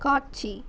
காட்சி